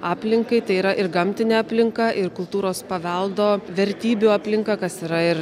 aplinkai tai yra ir gamtinė aplinka ir kultūros paveldo vertybių aplinka kas yra